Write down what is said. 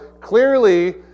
clearly